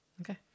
Okay